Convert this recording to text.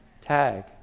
Tag